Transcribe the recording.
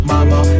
Mama